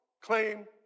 claim